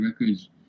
records